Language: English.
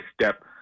step